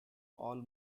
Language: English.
all